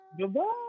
Goodbye